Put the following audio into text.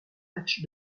matchs